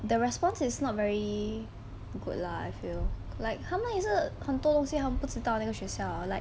the response is not very good lah I feel like 他们也是很多东西他们不知道哪个学校 like